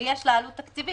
ויש לה עלות תקציבית,